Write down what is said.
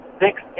six